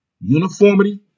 uniformity